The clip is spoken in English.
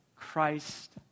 Christ